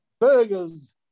Burgers